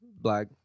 black